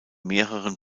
mehreren